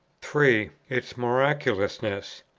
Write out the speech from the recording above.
three. its miraculousness.